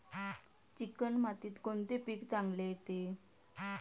Chicken मातीत कोणते पीक चांगले येते?